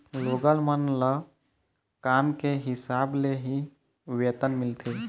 लोगन मन ल काम के हिसाब ले ही वेतन मिलथे